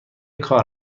کار